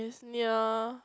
it's near